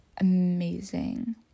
amazing